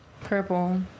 Purple